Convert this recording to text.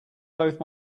both